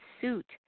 suit